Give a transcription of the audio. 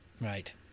Right